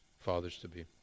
fathers-to-be